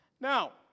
Now